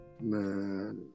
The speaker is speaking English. Man